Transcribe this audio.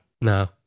no